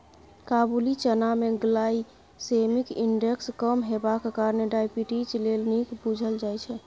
काबुली चना मे glycaemic index कम हेबाक कारणेँ डायबिटीज लेल नीक बुझल जाइ छै